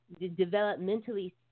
developmentally